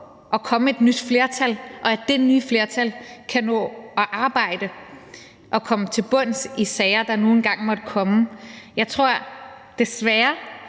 at komme et nyt flertal, og at det nye flertal kan nå at arbejde og komme til bunds i sager, der nu engang måtte komme. Jeg tror desværre